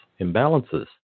Imbalances